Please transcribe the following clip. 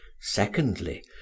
Secondly